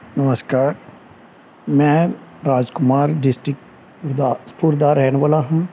ਨਮਸਕਾਰ ਮੈਂ ਰਾਜਕੁਮਾਰ ਡਿਸਟ੍ਰਿਕਟ ਗੁਰਦਾਸਪੁਰ ਦਾ ਰਹਿਣ ਵਾਲਾ ਹਾਂ